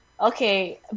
okay